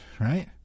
right